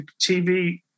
TV